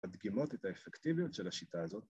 ‫מדגימות את האפקטיביות ‫של השיטה הזאת